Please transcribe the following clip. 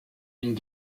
and